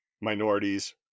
minorities